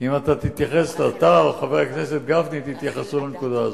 אם אתה או חבר הכנסת גפני תתייחסו לנקודה הזו.